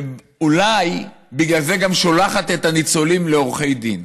ואולי בגלל זה גם שולחת את הניצולים לעורכי דין.